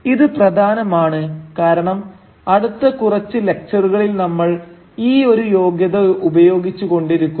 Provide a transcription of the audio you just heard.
ഇത് പ്രധാനമാണ് കാരണം അടുത്ത കുറച്ച് ലക്ച്ചറുകളിൽ നമ്മൾ ഈ ഒരു യോഗ്യത ഉപയോഗിച്ചു കൊണ്ടിരിക്കും